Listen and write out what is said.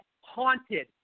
haunted